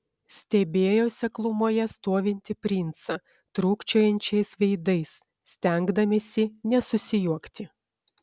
stebėjo seklumoje stovintį princą trūkčiojančiais veidais stengdamiesi nesusijuokti